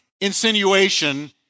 insinuation